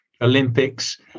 Olympics